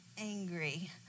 angry